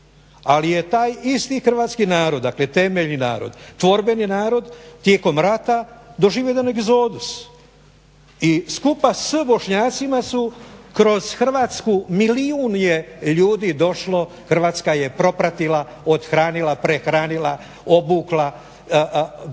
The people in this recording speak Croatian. Ali je taj isti hrvatski narod, dakle temeljni narod, tvorbeni narod tijekom rata doživio jedan egzodus i skupa s Bošnjacima su kroz Hrvatsku milijun je ljudi došlo, Hrvatska je propratila, othranila, prehranila, obukla, zaustavila,